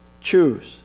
Choose